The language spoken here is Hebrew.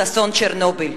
את אסון צ'רנוביל.